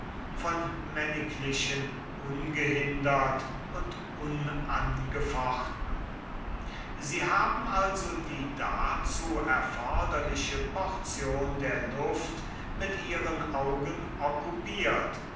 von männiglichen ungehindert und unangefochten sie haben also die dazu erforderliche portion der luft wirklich mit ihren augen